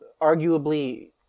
arguably